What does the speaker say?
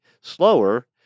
slower